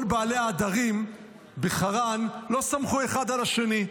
כל בעלי העדרים בחרן לא סמכו אחד על השני,